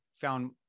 found